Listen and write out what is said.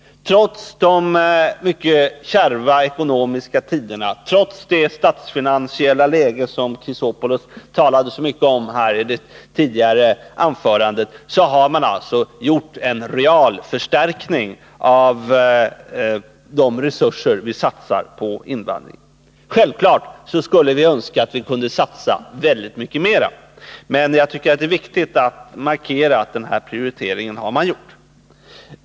Trots de mycket kärva ekonomiska tiderna och trots det svåra statsfinansiella läge som Alexander Chrisopoulos talade så mycket om i det tidigare anförandet, har man alltså gjort en realförstärkning av de resurser som vi satsar på invandringen. Självklart är att vi skulle önska att vi kunde satsa mycket mera, men jag tycker det är viktigt att markera att vi har gjort den här prioriteringen.